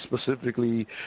specifically